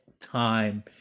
time